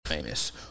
famous